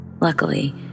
Luckily